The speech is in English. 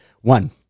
One